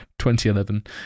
2011